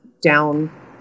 down